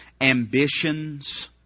ambitions